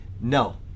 no